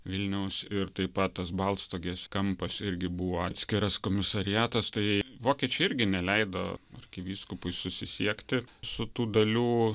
vilniaus ir taip pat tas balstogės kampas irgi buvo atskiras komisariatas tai vokiečiai irgi neleido arkivyskupui susisiekti su tų dalių